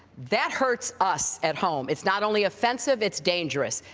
that hurts us at home. it's not only offensive it's dangerous.